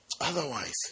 Otherwise